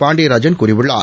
பாண்டியராஜன் கூறியுள்ளார்